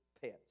pets